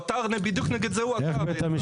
בדיוק נגד זה הוא עתר.